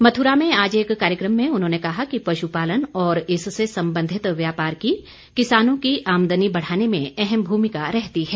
मथुरा में आज एक कार्यक्रम में उन्होंने कहा कि पशुपालन और इससे संबंधित व्यापार की किसानों की आमदनी बढ़ाने में अहम भूमिका रहती है